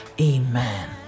Amen